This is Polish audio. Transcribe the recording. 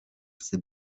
chcę